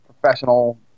professional